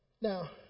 Now